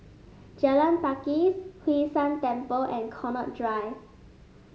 Jalan Pakis Hwee San Temple and Connaught Drive